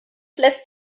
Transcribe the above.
lässt